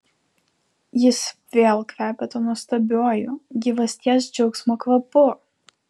jis vėl kvepia tuo nuostabiuoju gyvasties džiaugsmo kvapu